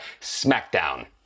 SmackDown